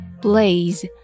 Blaze